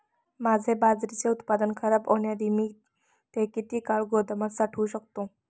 माझे बाजरीचे उत्पादन खराब होण्याआधी मी ते किती काळ गोदामात साठवू शकतो?